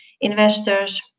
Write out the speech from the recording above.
investors